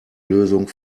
lösung